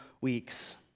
weeks